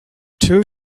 two